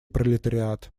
пролетариат